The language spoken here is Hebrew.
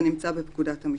זה נמצא בפקודת המשטרה.